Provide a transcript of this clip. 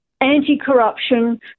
anti-corruption